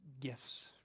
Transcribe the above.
gifts